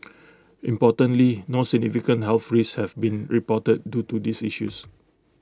importantly no significant health risks have been reported due to these issues